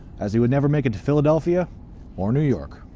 as he would never make it to philadelphia or new york.